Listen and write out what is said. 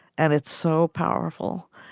and it's so powerful.